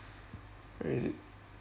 where is it